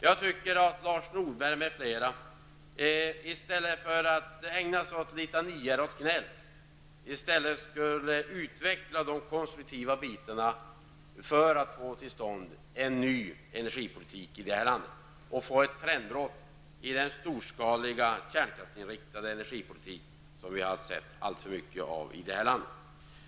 Jag tycker att Lars Norberg m.fl. i stället för att ägna sig åt litanior och gnäll skulle utveckla det konstruktiva arbetet för att få till stånd en ny energipolitik i detta land och ett trendbrott i den storskaliga kärnkraftsinriktade energipolitik som vi har sett alltför mycket av i Sverige.